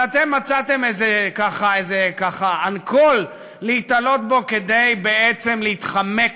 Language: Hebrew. אבל אתם מצאתם איזה אנקול להיתלות בו כדי בעצם להתחמק